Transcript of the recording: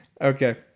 Okay